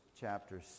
chapter